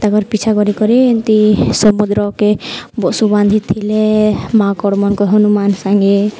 ତାଙ୍କର ପିଛା କରି କରି ଏମିତି ସମୁଦ୍ରକେ ବସୁ ବାନ୍ଧିଥିଲେ ମାଙ୍କଡ଼ମାନଙ୍କ ହନୁମାନ ସାଙ୍ଗେ